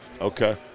Okay